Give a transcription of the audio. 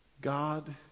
God